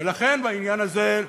ולכן, בעניין הזה,